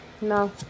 no